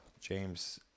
James